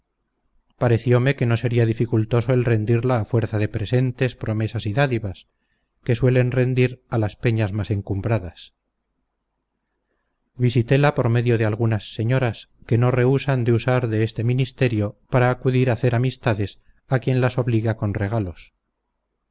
pareciome que no sería dificultoso el rendirla a fuerza de presentes promesas y dádivas que suelen rendir a las peñas más encumbradas visitéla por medio de algunas señoras que no rehúsan de usar de este ministerio para acudir a hacer amistades a quien las obliga con regalos